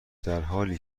درحالی